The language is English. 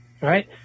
right